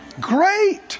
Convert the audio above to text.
Great